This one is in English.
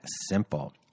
simple